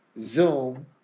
Zoom